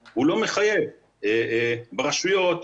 ברשויות,